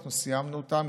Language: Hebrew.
אנחנו סיימנו אותן,